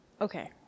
okay